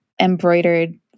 embroidered